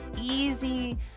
easy